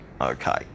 okay